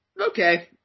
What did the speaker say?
Okay